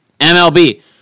MLB